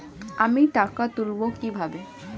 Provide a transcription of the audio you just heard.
আমি টাকা তুলবো কি ভাবে?